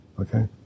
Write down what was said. okay